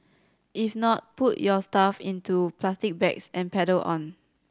if not put your stuff into plastic bags and pedal on